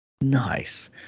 Nice